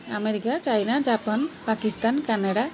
America China Japan Pakistan Canada